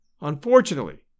Unfortunately